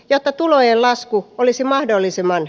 jätä tulojen lasku olisi mahdollisimman